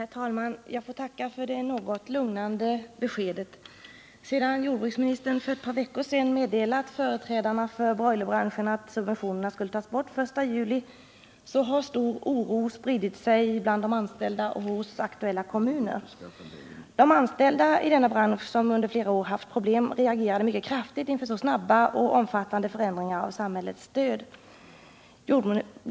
Herr talman! Jag får tacka för det något lugnande beskedet. Sedan jordbruksministern för ett par veckor sedan meddelat företrädare för broilerbranschen att subventionerna skulle tas bort den 1 juli har stor oro spridit sig bland de anställda och hos aktuella kommuner. De anställda i denna bransch, som under flera år haft problem, reagerade mycket kraftigt inför så snabba och omfattande förändringar av samhällets stöd.